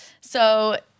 So-